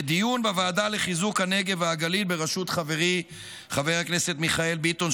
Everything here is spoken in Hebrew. בדיון בוועדה לחיזוק הנגב והגליל בראשות חברי חבר הכנסת מיכאל ביטון,